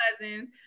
cousins